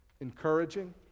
encouraging